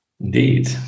Indeed